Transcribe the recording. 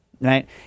right